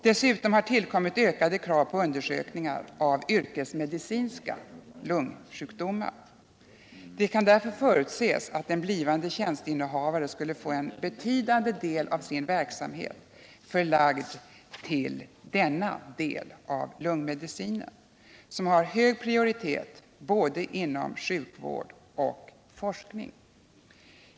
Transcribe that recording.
Dessutom har tillkommit ökade krav på undersökningar av yrkesmedicinska lungsjukdomar. Det kan därför förutses att den blivande tjänsteinnehavaren får en betydande del av sin verksamhet förlagd till denna del av lungmedicinen, som har hög prioritet inom både sjukvård och forskning.